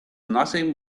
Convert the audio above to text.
nothing